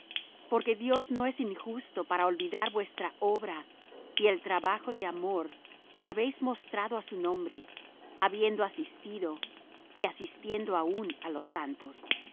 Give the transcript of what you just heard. porque dios no es injusto para olvidar vuestra obra y el trabajo de amor que habéis mostrado á su nombre habiendo asistido y asistiendo aún á los santos